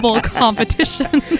competition